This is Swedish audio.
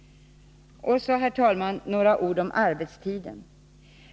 Herr talman! Låt mig säga några ord om arbetstiden.